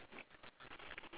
mm K